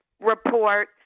report